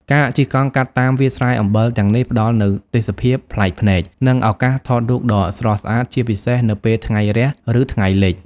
ការជិះកង់កាត់តាមវាលស្រែអំបិលទាំងនេះ ផ្តល់នូវទេសភាពប្លែកភ្នែក និងឱកាសថតរូបដ៏ស្រស់ស្អាត ជាពិសេសនៅពេលថ្ងៃរះ ឬថ្ងៃលិច។